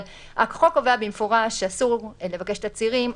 אבל החוק קובע במפורש שאסור לבקש תצהירים,